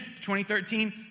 2013